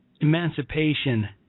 emancipation